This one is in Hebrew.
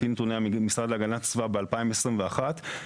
על פי נתוני המשרד להגנת הסביבה ב-2021 של